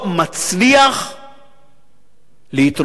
לא מצליחים להתרומם.